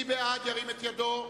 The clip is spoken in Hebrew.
מי בעד, ירים את ידו.